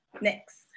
Next